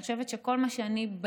אני חושבת שכל מה שבניתי,